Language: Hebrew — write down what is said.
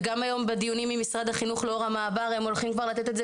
וגם היום בדיונים עם משרד החינוך לאור המעבר הם מתכוונים גם לתת את זה,